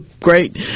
great